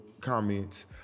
comments